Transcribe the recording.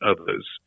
others